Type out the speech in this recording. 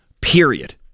period